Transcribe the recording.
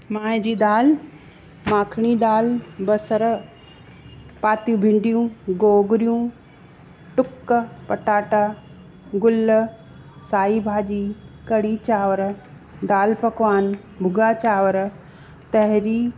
माए जी दालि माखणी दालि बसर पातियूं भिंडियूं गोगरियूं टूक पटाटा गुल साई भाॼी कढ़ी चांवर दालि पकवान भूगा चांवर तहरी